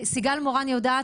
סיגל מורן יודעת,